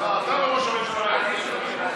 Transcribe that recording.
אתה וראש הממשלה הצבעתם נגד.